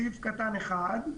סעיף קטן (1):